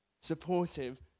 supportive